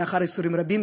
לאחר ייסורים רבים,